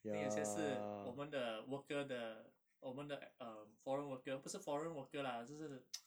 then 有些是我们的 worker 的我们的 um foreign worker 不是 foreign worker lah 就是